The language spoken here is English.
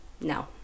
No